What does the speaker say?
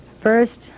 First